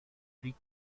gris